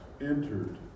Entered